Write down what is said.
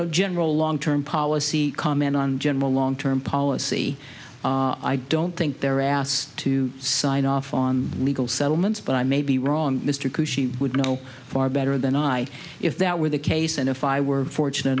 know general long term policy comment on general long term policy i don't think they're asked to sign off on legal settlements but i may be wrong mr coo she would know far better than i if that were the case and if i were fortunate